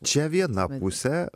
čia viena pusė